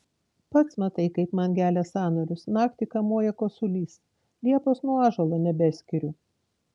pats matai kaip man gelia sąnarius naktį kamuoja kosulys liepos nuo ąžuolo nebeskiriu